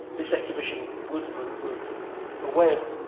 this exhibition, woodsman, was a way of